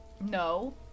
No